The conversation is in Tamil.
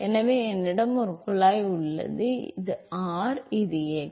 எனவே என்னிடம் இங்கே ஒரு குழாய் உள்ளது இது r இது x